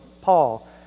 Paul